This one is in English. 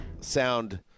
sound